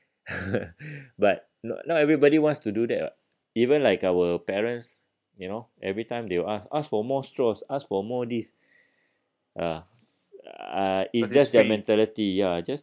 but not not everybody wants to do that what even like our parents you know every time they will ask ask for more straws ask for more this ah uh it's just their mentality ya just